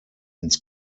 ins